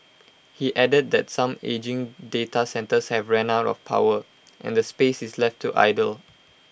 he added that some ageing data centres have ran out of power and the space is left to idle